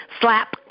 Slap